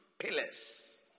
pillars